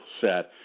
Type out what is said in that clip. set